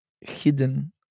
hidden